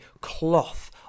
cloth